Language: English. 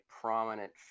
prominent